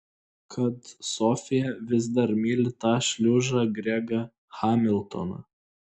kad sofija vis dar myli tą šliužą gregą hamiltoną